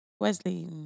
Wesley